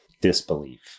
disbelief